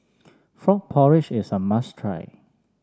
Frog Porridge is a must try